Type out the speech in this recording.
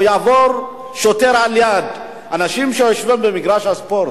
או יעבור שוטר על-יד אנשים שיושבים במגרש הספורט,